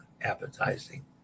appetizing